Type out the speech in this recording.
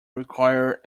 require